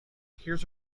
hears